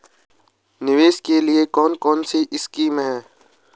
निवेश के लिए कौन कौनसी स्कीम हैं?